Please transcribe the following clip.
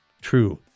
True